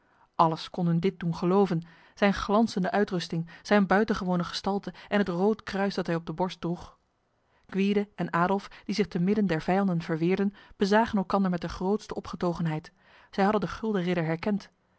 alles kon hun dit doen geloven zijn glanzende uitrusting zijn buitengewone gestalte en het rood kruis dat hij op de borst droeg gwyde en adolf die zich te midden der vijanden verweerden bezagen elkander met de grootste opgetogenheid zij hadden de gulden ridder herkend